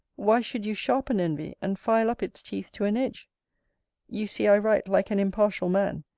why should you sharpen envy, and file up its teeth to an edge you see i write like an impartial man,